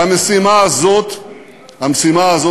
והמשימה הזאת לפנינו.